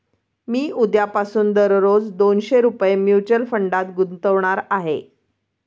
मी उद्यापासून दररोज दोनशे रुपये म्युच्युअल फंडात गुंतवणार आहे